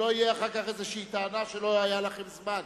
שלא תהיה אחר כך איזו טענה שלא היה לכם זמן.